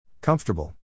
Comfortable